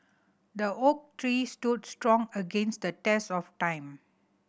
the oak tree stood strong against the test of time